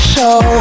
Show